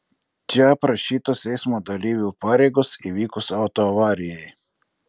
čia aprašytos eismo dalyvių pareigos įvykus autoavarijai